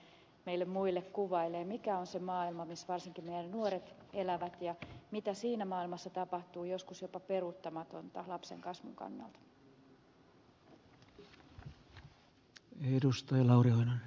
kasvi usein meille muille kuvailee mikä on se maailma missä varsinkin meidän nuoremme elävät ja mitä siinä maailmassa tapahtuu joskus jopa peruuttamatonta lapsen kasvun kannalta